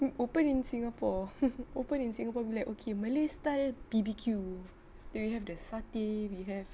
you open in singapore open in singapore black okay malay style B_B_Q do we have the satay we have